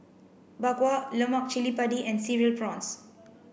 Bak Kwa Lemak Cili Padi and cereal prawns